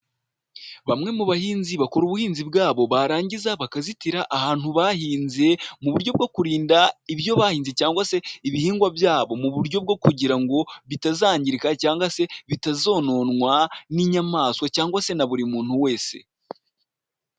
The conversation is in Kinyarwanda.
Bamwe mu bahinzi bakora ubuhinzi bwabo, barangiza bakazitira ahantu bahinze mu buryo bwo kurinda ibyo bahinze cyangwa se ibihingwa byabo, mu buryo bwo kugira ngo bitazangirika cyangwa se bitazononwa n'inyamaswa cyangwa se na buri muntu wese.